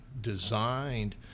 designed